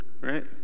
right